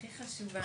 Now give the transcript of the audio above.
הכי חשובה.